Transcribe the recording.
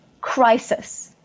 crisis